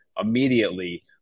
immediately